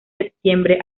septiembre